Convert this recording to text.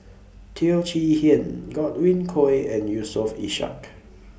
Teo Chee Hean Godwin Koay and Yusof Ishak